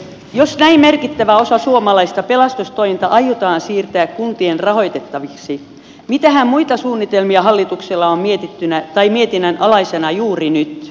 jos näin merkittävä osa suomalaista pelastustointa aiotaan siirtää kuntien rahoitettavaksi mitähän muita suunnitelmia hallituksella on mietittynä tai mietinnän alaisena juuri nyt